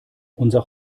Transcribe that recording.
unser